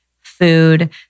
food